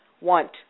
want